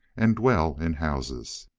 and dwell in houses.